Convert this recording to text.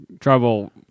trouble